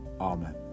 amen